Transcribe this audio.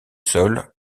sol